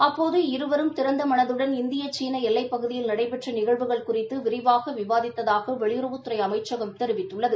அப்போது இருவரும் திறந்த மனதுடள் இந்திய சீன எல்லைப்பகுதியில் நடைபெற்ற நிகழ்வுகள் குறித்து விரிவாக விவாதித்ததாக வெளியுறவுத்துறை அமைச்சகம் தெரிவித்துள்ளது